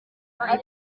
ikomeye